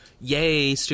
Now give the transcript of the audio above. yay